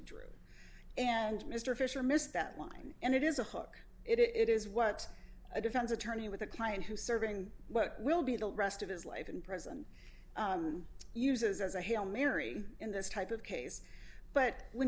drew and mr fisher missed that line and it is a hook it is what a defense attorney with a client who serving what will be the rest of his life in prison uses as a hail mary in this type of case but when